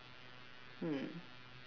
hmm